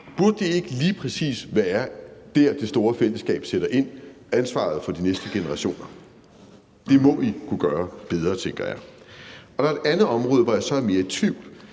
Burde det ikke lige præcis være der, det store fællesskab sætter ind, altså ansvaret for de næste generationer? Det må I kunne gøre bedre, tænker jeg. Der er et andet område, hvor jeg så er mere i tvivl,